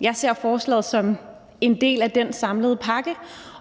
jeg ser forslaget som en del af dén samlede pakke,